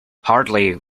hardly